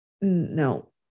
no